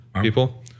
people